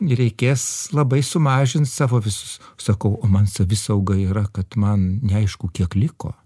reikės labai sumažint savo visus sakau o man savisauga yra kad man neaišku kiek liko